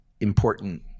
important